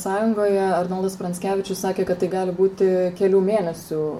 sąjungoje arnoldas pranckevičius sakė kad tai gali būti kelių mėnesių